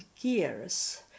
gears